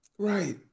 Right